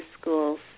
schools